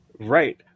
Right